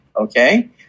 okay